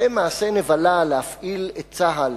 זה מעשה נבלה להפעיל את צה"ל,